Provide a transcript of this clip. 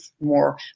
more